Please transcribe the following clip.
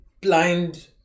blind